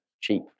cheap